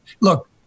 Look